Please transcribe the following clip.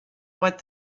what